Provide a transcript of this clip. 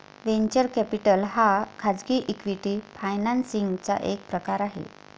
venture capital हा खाजगी equity financing चा एक प्रकार आहे